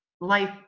life